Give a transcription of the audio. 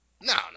no